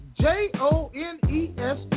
J-O-N-E-S